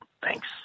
Thanks